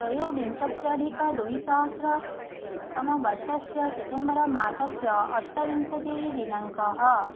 त्रयोविंशत्यधिकद्विसहस्रतमवर्षस्य सितेम्बरमासस्य अष्टाविंशतिः दिनाङ्कः